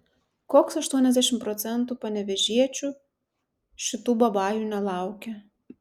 koks aštuoniasdešimt procentų panevėžiečių šitų babajų nelaukia